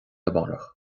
amárach